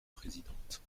présidente